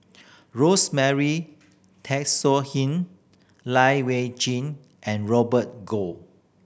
Rosemary Lai Weijie and Robert Goh